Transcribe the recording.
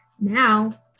Now